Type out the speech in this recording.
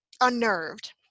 unnerved